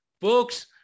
books